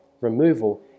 removal